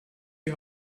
die